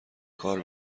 کار